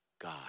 God